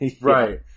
Right